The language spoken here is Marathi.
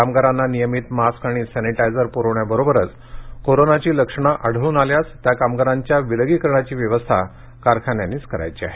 कामगारांना नियमित मास्क आणि सॅनिटायझर प्रवण्याबरोबरच कोरोनाची लक्षणे आढळून आल्यास त्या कामगारांच्या विलगीकरणाची व्यवस्था कारखान्यांनीच करायची आहे